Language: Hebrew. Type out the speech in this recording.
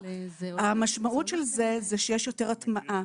המשמעות של זה שיש יותר הטמעה,